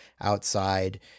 outside